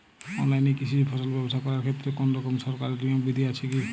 অনলাইনে কৃষিজ ফসল ব্যবসা করার ক্ষেত্রে কোনরকম সরকারি নিয়ম বিধি আছে কি?